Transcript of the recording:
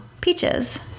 peaches